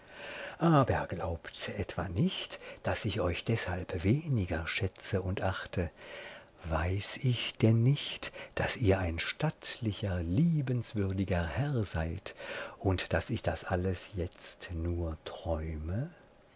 aber glaubt etwa nicht daß ich euch deshalb weniger schätze und achte weiß ich denn nicht daß ihr ein stattlicher liebenswürdiger herr seid und daß ich das alles jetzt nur träume